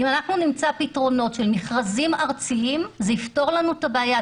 אם נמצא פתרונות של מכרזים ארציים זה יפתור לנו את הבעיה.